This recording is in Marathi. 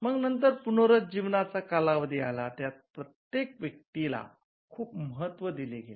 मग नंतर पुनरुज्जीवनचा कालावधी आला त्यात प्रत्येक व्यक्तीला खूप महत्त्व दिले गेले